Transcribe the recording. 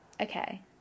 Okay